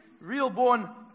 real-born